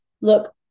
Look